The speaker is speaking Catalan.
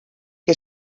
que